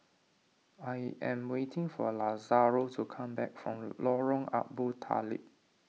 I am waiting for Lazaro to come back from Lorong Abu Talib